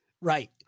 Right